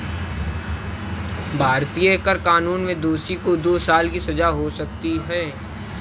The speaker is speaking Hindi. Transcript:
भारतीय कर कानून में दोषी को दो साल की सजा हो सकती है